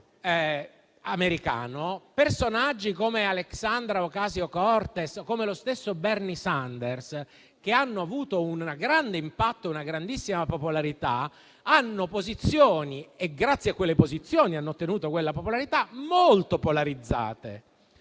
Democratico americano, personaggi come Alexandria Ocasio-Cortez o come lo stesso Bernie Sanders, che hanno avuto un grande impatto e una grandissima popolarità, hanno posizioni - e grazie a tali posizioni hanno ottenuto quella popolarità - molto polarizzate.